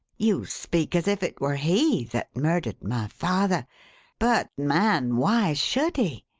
you speak as if it were he that murdered my father but, man, why should he?